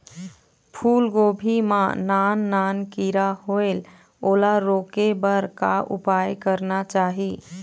फूलगोभी मां नान नान किरा होयेल ओला रोके बर का उपाय करना चाही?